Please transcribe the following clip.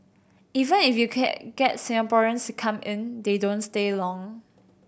even if you can get Singaporeans to come in they don't stay long